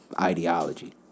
ideology